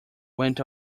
went